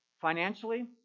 Financially